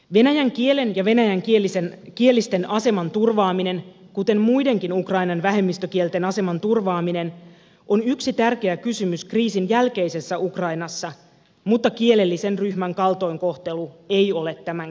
venäjän kielen ja venäjänkielisten aseman turvaaminen kuten muidenkin ukrainan vähemmistökielten aseman turvaaminen on yksi tärkeä kysymys kriisin jälkeisessä ukrainassa mutta kielellisen ryhmän kaltoinkohtelu ei ole tämän kriisin syy